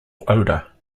odour